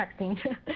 texting